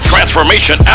Transformation